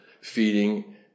feeding